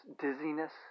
dizziness